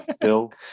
Bill